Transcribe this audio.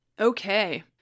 Okay